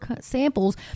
samples